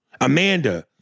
Amanda